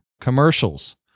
commercials